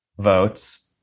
votes